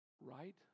right